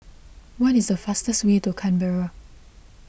what is the fastest way to Canberra